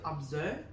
observe